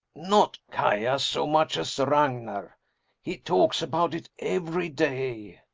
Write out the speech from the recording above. not kaia so much as ragnar he talks about it every day.